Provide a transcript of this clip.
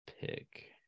pick